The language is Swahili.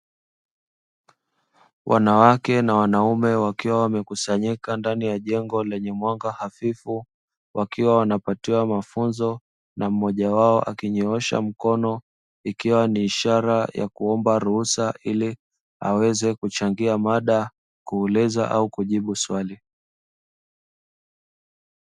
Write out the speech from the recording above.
Wanawake na wanaume wakiwa wamekusanyika ndani ya jengo lenye mwanga hafifu, wakiwa wanapatiwa mafunzo, na mmoja wao akinyoosha mkono ikiwa ni ishara ya kuomba ruhusa ili aweze kuchangia mada, kuuliza au kujibu swali.